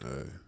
Hey